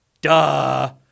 duh